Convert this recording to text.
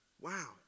Wow